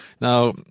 Now